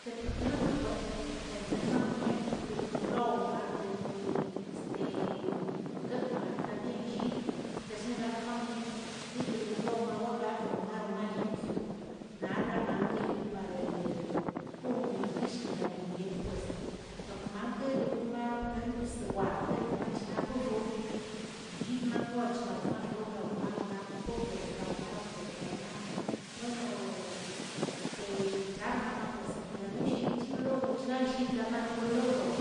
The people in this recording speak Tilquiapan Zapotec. Est porjempl bekwꞌrtlə nemamietrtlə pero nigau marderoni este gamaꞌa también shit, esquetellegak mamie. t yideroniga umaonga kronmaronmalimpyogꞌ nadranmankiyogꞌ are konguishin lalin yetpues porkemankə riomapr jemprs kwakirowmach na poxoꞌo xyid mangoch rawma xobraw xaw magonat poguetr drawmaroguet trawna, bueno teichabnama pues atiaunushitchi lodochganllit lamano loloꞌdor